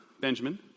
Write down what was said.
Benjamin